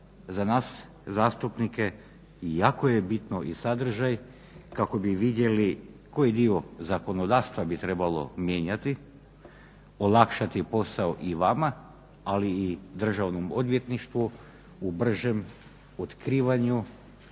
za nas zastupnike jako je bitno i sadržaj kako bi vidjeli koji dio zakonodavstva bi trebalo mijenjati, olakšati posao i vama ali i Državnom odvjetništvu u bržem otkrivanju